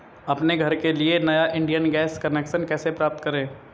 अपने घर के लिए नया इंडियन गैस कनेक्शन कैसे प्राप्त करें?